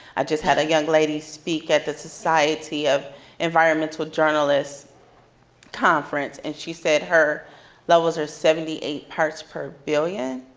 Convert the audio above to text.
i just had a young lady speak at the society of environmental journalists conference, and she said her levels are seventy eight parts per billion,